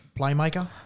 playmaker